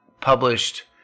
published